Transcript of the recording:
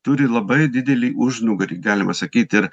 turi labai didelį užnugarį galima sakyt ir